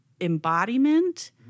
embodiment